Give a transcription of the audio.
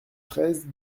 treize